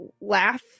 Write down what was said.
laugh